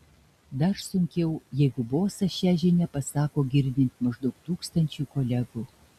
dar sunkiau jeigu bosas šią žinią pasako girdint maždaug tūkstančiui kolegų